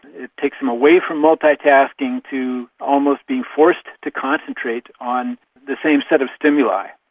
it takes them away from multitasking to almost being forced to concentrate on the same set of stimuli.